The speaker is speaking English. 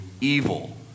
evil